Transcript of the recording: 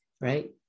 right